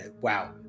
wow